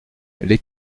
les